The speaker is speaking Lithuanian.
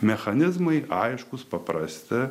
mechanizmai aiškūs paprasti